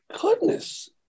goodness